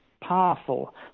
powerful